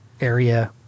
area